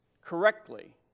correctly